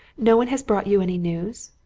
no one has brought you any news?